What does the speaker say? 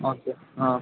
okay ആ